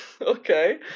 Okay